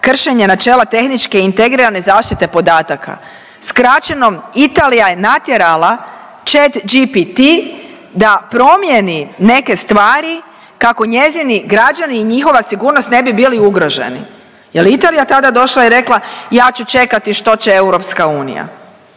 kršenje načela tehničke i integrirane zaštite podataka. Skraćeno, Italija je natjerala Chat GPT da promijeni neke stvari kako njezini građani i njihova sigurnost ne bi bili ugroženi. Je li Italija tada došla i rekla, ja ću čekati što će EU? Ili